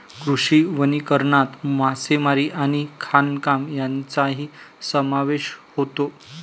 कृषी वनीकरणात मासेमारी आणि खाणकाम यांचाही समावेश होतो